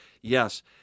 yes